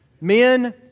Men